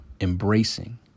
embracing